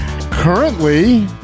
currently